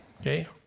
Okay